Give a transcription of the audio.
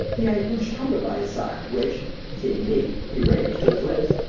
he had a huge tumbler by his side, which seeing me he raised to his lips.